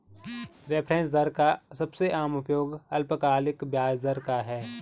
reference दर का सबसे आम उपयोग अल्पकालिक ब्याज दर का है